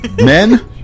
men